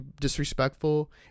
disrespectful